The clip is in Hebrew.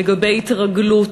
על התרגלות,